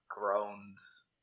groans